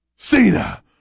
Cena